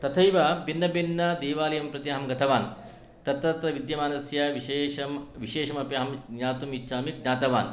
तथैव भिन्नभिन्नदेवालयं प्रति अहं गतवान् तत्र तत्र विद्यमानस्य विशेषं विशेषमपि अहं ज्ञातुम् इच्छामि ज्ञातवान्